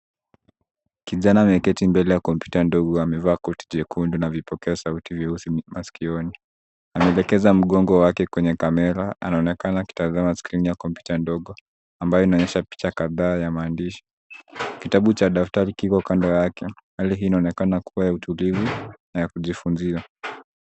Kijana ameketi mbele ya kompyuta ndogo amevaa koti jekundu na vipokea sauti nyeusi masikioni. Ameelekeza mgongo kwenye kamera, anaonekana akitazama skrini ya kompyuta ndogo ambayo inaonyesha picha kadhaa ya maandishi. Kitabu cha daftari kiko kando yake, Hali inaonekana kuwa tulivu na ya kujifunzia.